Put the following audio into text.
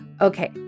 Okay